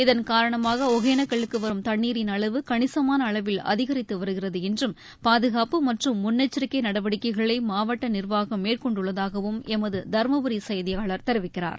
இதன் காரணமாக ஒகேனக்கலுக்கு வரும் தண்ணீரின் அளவு கணிசுமான அளவில் அதிகரித்து வருகிறது என்றும் பாதுகாப்பு மற்றும் முன்னெச்சரிக்கை நடவடிக்கைகளை மாவட்ட நிர்வாகம் மேற்கொண்டுள்ளதாகவும் எமது தருமபுரி செய்தியாளர் தெரிவிக்கிறார்